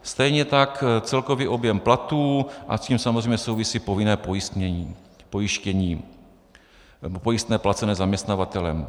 Stejně tak celkový objem platů a s tím samozřejmě souvisí povinné pojištění nebo pojistné placené zaměstnavatelem.